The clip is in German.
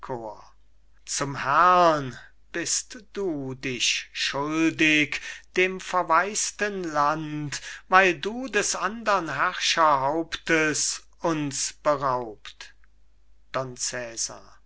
zum herrn bist du dich schuldig dem verwaisten land weil du des andern herrscherhauptes uns beraubt